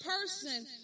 person